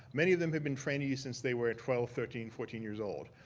many of them have been trainees since they were twelve, thirteen, fourteen years old,